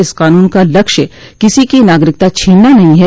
इस कानून का लक्ष्य किसी की नागरिकता छीनना नहीं है